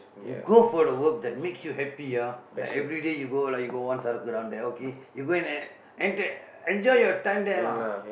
you go for the work that makes you happy ah like everyday you go like you got one சரக்கு:sarakku down there okay you go and enter enjoy your time there lah